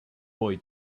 boy